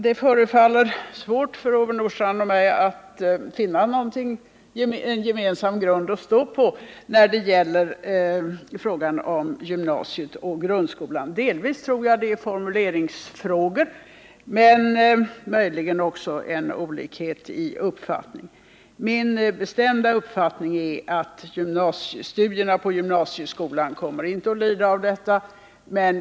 Det förefaller svårt för Ove Nordstrandh och mig att finna en gemensam grund att stå på när det gäller frågan om gymnasiet och grundskolan. Delvis tror jag det beror på skillnader i formuleringar men möjligen också på olikheter i uppfattning. Min bestämda uppfattning är att studierna i gymnasieskolan inte kommer att bli lidande.